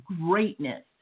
greatness